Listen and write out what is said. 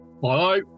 Hello